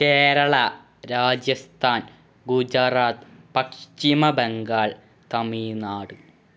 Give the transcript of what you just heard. Kerala Rajasthan Gujarat Paschim Bangal Tamil Nadu